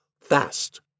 Fast